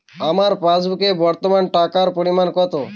আমার পাসবুকে বর্তমান টাকার পরিমাণ কত?